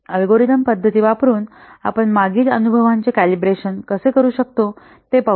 algorithm पद्धती वापरुन आपण मागील अनुभवांचे कॅलिब्रेशन कसे करू शकतो ते पाहू